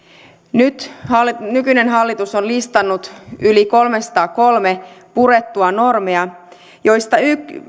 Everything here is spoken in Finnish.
nykyinen hallitus on listannut yli kolmesataakolme purettua normia joista